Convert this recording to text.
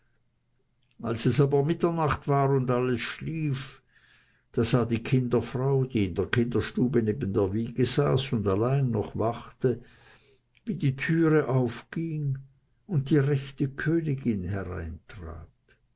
als es aber mitternacht war und alles schlief da sah die kinderfrau die in der kinderstube neben der wiege saß und allein noch wachte wie die türe aufging und die rechte königin hereintrat